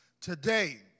Today